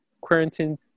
Quarantine